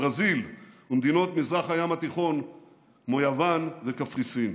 ברזיל ומדינות מזרח הים התיכון כמו יוון וקפריסין.